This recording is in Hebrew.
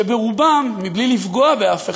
שרובם, בלי לפגוע באף אחד,